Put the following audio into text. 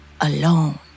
alone